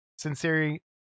Sincerely